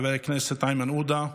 חבר הכנסת איימן עודה,